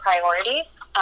priorities